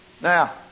Now